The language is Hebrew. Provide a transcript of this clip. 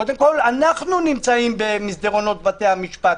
אנחנו נמצאים במסדרונות בתי המשפט.